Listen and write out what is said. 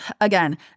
Again